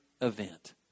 event